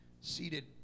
seated